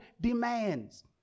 demands